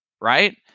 Right